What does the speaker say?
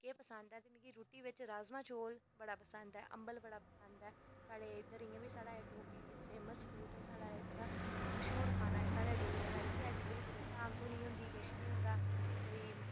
ते मिगी रुट्टियै बिच राजमांह् चौल बड़ा पसंद ऐ अम्बल बड़ा पसंद ऐ साढ़ा इ'यां बी एह् डोगरी फेमस फूड ऐ एह् मश्हूर खाना साढ़े डोगरें दा इ'यै जेल्लै बी कोई धाम धूनी होंदी किश बी होंदा कोई